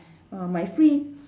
uh my free